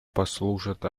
послужат